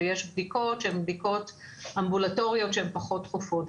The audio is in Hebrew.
ויש בדיקות שהן בדיקות אמבולטוריות שהן פחות דחופות.